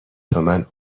تومن